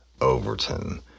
Overton